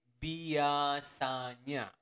biasanya